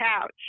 couch